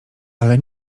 ale